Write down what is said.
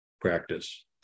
Practice